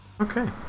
Okay